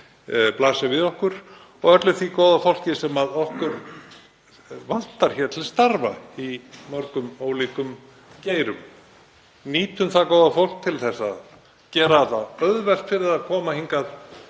blasir við okkur og öllu því góða fólki sem okkur vantar til starfa í mörgum ólíkum geirum. Nýtum það góða fólk til að gera það auðvelt fyrir það að koma hingað